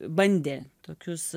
bandė tokius